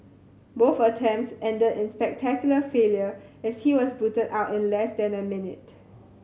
both attempts ended in spectacular failure as he was booted out in less than a minute